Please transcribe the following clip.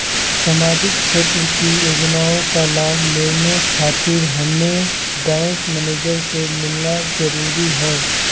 सामाजिक क्षेत्र की योजनाओं का लाभ लेने खातिर हमें बैंक मैनेजर से मिलना जरूरी है?